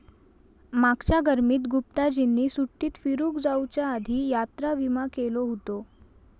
मागच्या गर्मीत गुप्ताजींनी सुट्टीत फिरूक जाउच्या आधी यात्रा विमा केलो हुतो